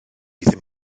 ddim